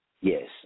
yes